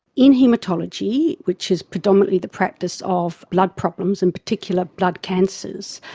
in haematology, which is predominantly the practice of blood problems, in particular blood cancers,